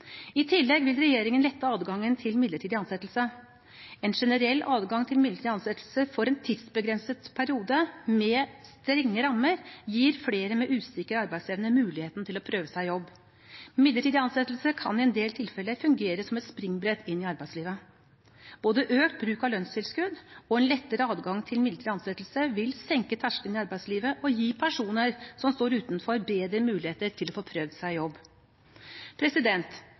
I tillegg vil regjeringen lette adgangen til midlertidig ansettelse. En generell adgang til midlertidig ansettelse for en tidsbegrenset periode med strenge rammer gir flere med usikker arbeidsevne muligheten til å prøve seg i jobb. Midlertidig ansettelse kan i en del tilfeller fungere som et springbrett inn i arbeidslivet. Både økt bruk av lønnstilskudd og en lettere adgang til midlertidig ansettelse vil senke terskelen i arbeidslivet og gi personer som står utenfor, bedre muligheter til å få prøvd seg i jobb.